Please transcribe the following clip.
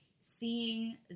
seeing